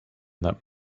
that